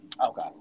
Okay